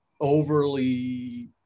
overly